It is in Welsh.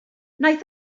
wnaeth